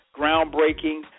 groundbreaking